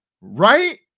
Right